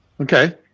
Okay